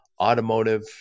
automotive